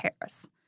Paris